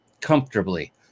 comfortably